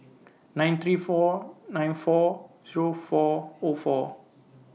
nine three four nine four three four O four